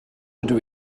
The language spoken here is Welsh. ydw